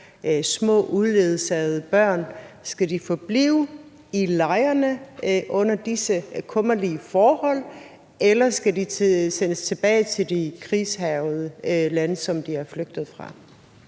små uledsagede børn. Skal de forblive i lejrene under disse kummerlige forhold, eller skal de sendes tilbage til de krigshærgede lande, som de er flygtet fra?